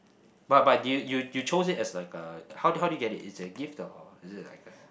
but but did you you choose it as like a how did you how did you get it it's a gift or it is like a